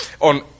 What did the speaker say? on